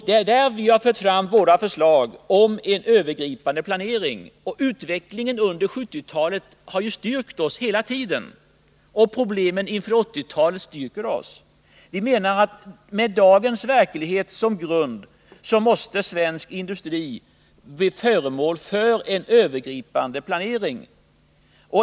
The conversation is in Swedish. Det är här vi har fört fram våra förslag om en övergripande planering. Utvecklingen under 1970-talet och problemen inför 1980-talet styrker oss i vår uppfattning. Med dagens verklighet som grund måste stora delar av svensk industri bli föremål för en övergripande planering.